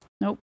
Nope